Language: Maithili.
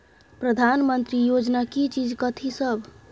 प्रधानमंत्री योजना की चीज कथि सब?